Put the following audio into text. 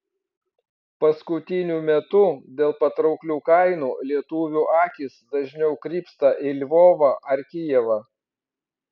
paskutiniu metu dėl patrauklių kainų lietuvių akys dažniau krypsta į lvovą ar kijevą